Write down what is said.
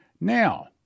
Now